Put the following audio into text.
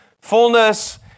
fullness